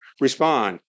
respond